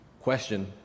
question